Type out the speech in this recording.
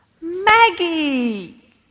Maggie